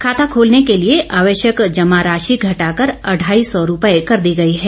खाता खोलने के लिए आवश्यक जमा राशि घटाकर अढ़ाई सौ रुपए कर दी गई है